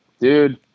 dude